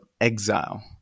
exile